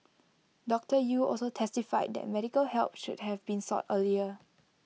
doctor Yew also testified that medical help should have been sought earlier